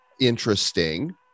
interesting